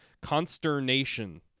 Consternation